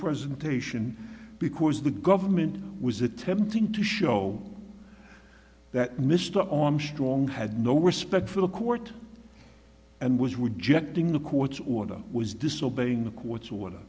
presentation because the government was attempting to show that mr on strong had no respect for the court and was rejecting the court's order was disobeying the court's order